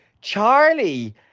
Charlie